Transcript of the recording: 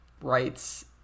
rights